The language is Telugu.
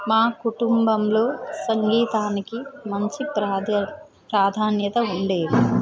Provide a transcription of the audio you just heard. మా కుటుంబంలో సంగీతానికి మంచి ప్రాధ ప్రాధాన్యత ఉండేవి